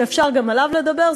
שאפשר גם עליו לדבר,